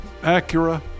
Acura